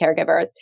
caregivers